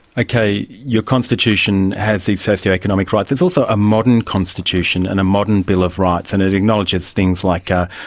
okay, your constitution has these socio-economic rights. it is also a modern constitution and a modern bill of rights and it acknowledges things like ah